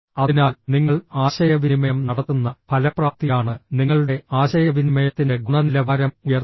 അതിനാൽ നിങ്ങൾ ആശയവിനിമയം നടത്തുന്ന ഫലപ്രാപ്തിയാണ് നിങ്ങളുടെ ആശയവിനിമയത്തിന്റെ ഗുണനിലവാരം ഉയർത്തുക